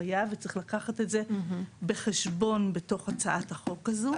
ולכן צריך לקחת את זה בחשבון בתוך הצעת החוק הזאת.